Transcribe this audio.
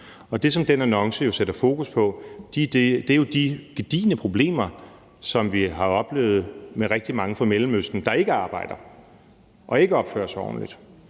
det, som den annonce sætter fokus på, er de gedigne problemer, som vi har oplevet med rigtig mange fra Mellemøsten, der ikke arbejder og ikke opfører sig ordentligt.